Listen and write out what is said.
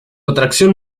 atracción